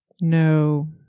no